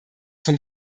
zum